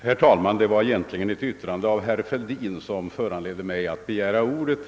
Herr talman! Det var ett yttrande av herr Fälldin som föranledde mig att begära ordet.